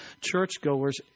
churchgoers